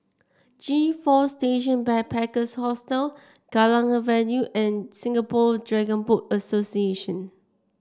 G Four Station Backpackers Hostel Kallang Avenue and Singapore Dragon Boat Association